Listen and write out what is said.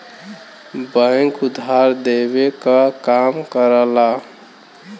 bank उधार देवे क काम करला